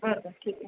बर बर ठीक आहे